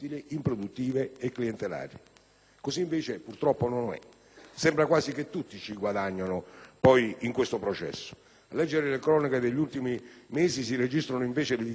Così invece purtroppo non è; sembra quasi che tutti ci guadagnino in questo processo. A leggere le cronache degli ultimi mesi, si registrano le dichiarazioni dei Presidenti delle Regioni speciali,